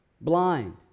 blind